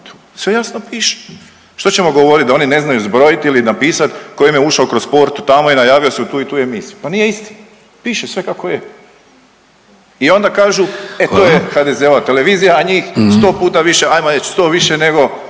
sve jasno piše. Što ćemo govorit, da oni ne znaju zbrojit ili napisat tko im je ušao kroz portu tamo i najavio se u tu i tu emisiju? Pa nije istina, piše sve kako je. I onda kažu e to je …/Upadica Vidović: Hvala./… HDZ-ova televizija, a njih sto puta više ajmo sto više nego